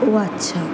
ও আচ্ছা